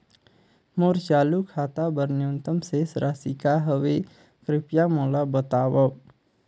मोर चालू खाता बर न्यूनतम शेष राशि का हवे, कृपया मोला बतावव